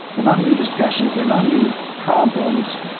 they're not new discussions. they're not new problems.